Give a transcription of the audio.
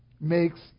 makes